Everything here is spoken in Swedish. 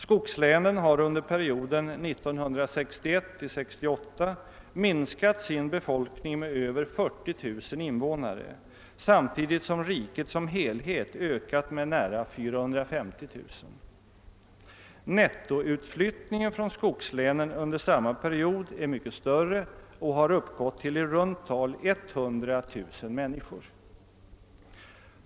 Skogslänen har under perioden 1961—1968 minskat sin befolkning med över 40 009 invånare samtidigt som riket som helhet ökat sitt invånarantal med nära 450 000. Nettoutflyttningen ur skogslänen under samma period är mycket större och har uppgått till i runt tal 100 000 människor.